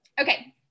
Okay